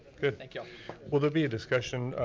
good. like yeah will there be a discussion,